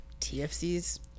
TFC's